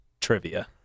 trivia